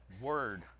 word